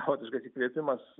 savotiškas įkvėpimas